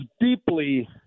deeply